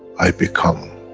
i become,